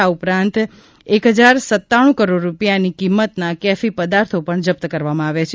આ ઉપરાંત એક હજાર સત્તાણુ કરોડ રૂપિયાની કિંમતના કેફી પદાર્થો પણ જપ્ત કરવામાં આવ્યા છે